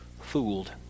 fooled